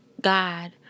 God